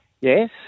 Yes